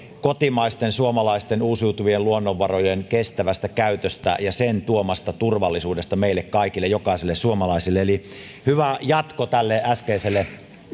kotimaisten suomalaisten uusiutuvien luonnonvarojen kestävästä käytöstä ja sen tuomasta turvallisuudesta meille kaikille jokaiselle suomalaiselle eli hyvä jatko tälle äskeiselle